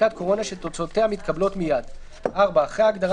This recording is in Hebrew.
בדיקת קורונה שתוצאותיה מתקבלות מייד,"; (4)אחרי ההגדרה